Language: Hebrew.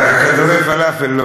אה, כדורי פלאפל.